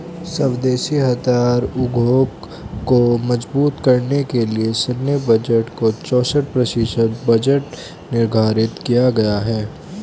स्वदेशी हथियार उद्योग को मजबूत करने के लिए सैन्य बजट का चौसठ प्रतिशत बजट निर्धारित किया गया था